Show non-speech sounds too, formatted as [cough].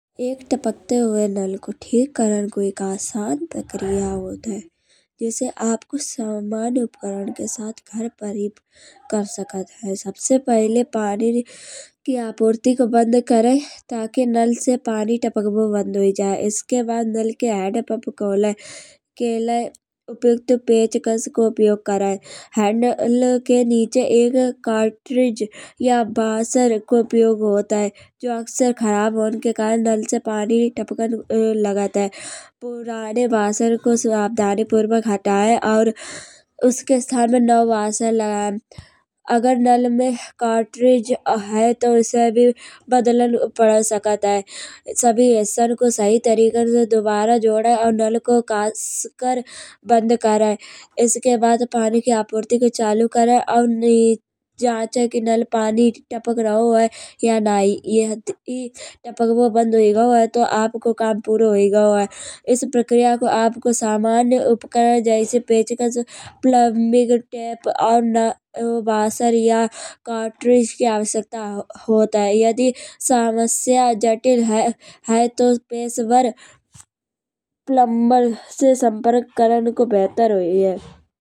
एक टपकतो हुवे नल को ठीक करन को एक आसन प्रक्रिया होत है। जिसे आपकों समन्य उपकरण के साथ घर पर ही कर सकत है। सबसे पहिले पानी की आपूर्ति को बंद करे। ताकि नल से पानी टपकवो बंद हुई जाए। इसके बाद नल के हैंडपंप खोले के लय उपयुक्त पेचकस को उपयोग करे। हैंडल के नीचे एक कार्टिज या वॉशर को उपयोग होत है। जो अक्सर खराब होन के करन नल से पानी टपकन लागत है। पुराने वॉशर को सावधानी पूर्वक हटाये और उसके स्थान पर नयो वॉशर लगाये। अगर नल में कार्टिज है तो उसे भी बदलन पड़ सकत है। सभी हिस्सान को सही तरीके से दोबारा जोड़े और नल को खासकर बंद करे। इसके बाद पानी की आपूर्ति को चालू करे। और [hesitation] जांचे की पानी टपक रहो है की नईये। यदि टपकवो बंद हुई गयो है तो आपकों काम पूरो हो गयो है। इस प्रक्रिया में को आपकों समन्य उपकरण जैसे पेचकस, प्लंबिंग टेप और नयो वॉशर या कार्टिज की आवश्यकता होत है। यदि समस्या जटिल है तो पेशेवर प्लंबर से संपर्क करन में बेहतर हुईए।